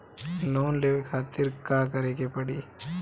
Loan लेवे खातिर का करे के पड़ी?